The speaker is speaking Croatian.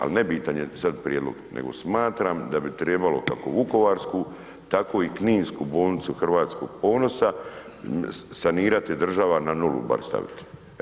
Ali ne bitan je sad prijedlog, nego smatram da bi trebalo kako Vukovarsku, tako i Kninsku bolnicu Hrvatskog ponosa sanirati država na nulu bar staviti.